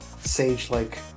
sage-like